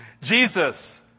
Jesus